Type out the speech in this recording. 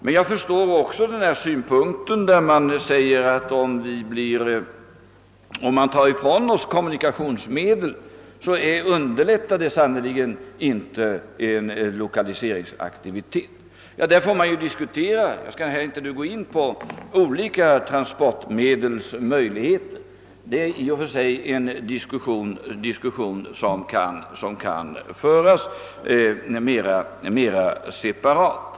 Men jag förstår också de som säger att om man tar bort kommunikationerna, så underlättar det sannerligen inte lokaliseringsaktiviteten. Den saken skall jag emellertid inte här gå in på. Vi får diskutera olika transportmedels möjligheter. Den diskussionen kan dock föras mera separat.